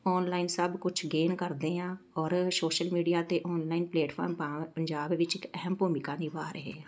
online ਸਭ ਕੁਛ gain ਕਰਦੇ ਹਾਂ ਔਰ ਸੋਸ਼ਲ ਮੀਡੀਆ 'ਤੇ ਔਨਲਾਈਨ ਪਲੇਟਫਾਰਮ ਪਾ ਪੰਜਾਬ ਵਿੱਚ ਇੱਕ ਅਹਿਮ ਭੂਮਿਕਾ ਨਿਭਾ ਰਹੇ ਹਾਂ